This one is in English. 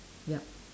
yup